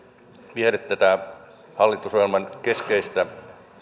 viedä tätä hallitusohjelman keskeistä